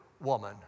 woman